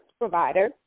provider